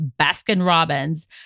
Baskin-Robbins